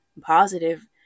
positive